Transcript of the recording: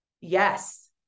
Yes